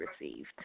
received